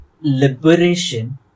liberation